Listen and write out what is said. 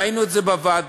ראינו את זה בוועדה,